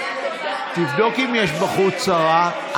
תבדוק אם יש בחוץ שרה.